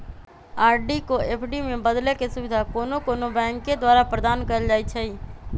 RD को FD में बदलेके सुविधा कोनो कोनो बैंके द्वारा प्रदान कएल जाइ छइ